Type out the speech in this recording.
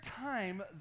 time